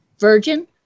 Virgin